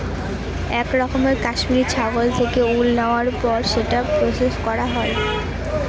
এক রকমের কাশ্মিরী ছাগল থেকে উল নেওয়ার পর সেটা প্রসেস করা হয়